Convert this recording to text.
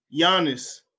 Giannis